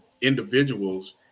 individuals